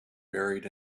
buried